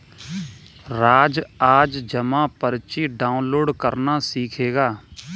राज आज जमा पर्ची डाउनलोड करना सीखेगा